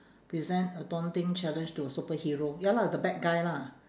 present a daunting challenge to a superhero ya lah the bad guy lah